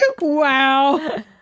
Wow